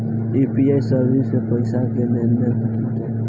UPI service से पईसा के लेन देन होत बाटे